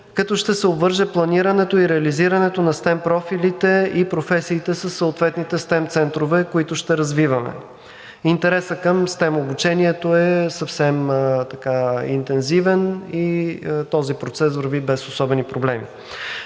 като ще се обвърже планирането и реализирането на STEM профилите и професиите със съответните STEM центрове, които ще развиваме. Интересът към STEM обучението е съвсем интензивен и този процес върви без особени проблеми.